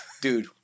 Dude